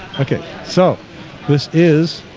okay, so this is